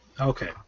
Okay